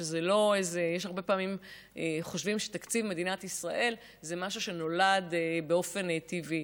הרבה פעמים חושבים שתקציב מדינת ישראל זה משהו שנולד באופן טבעי.